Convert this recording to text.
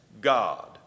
God